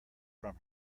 from